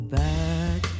back